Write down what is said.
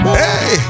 hey